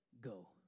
Go